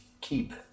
keep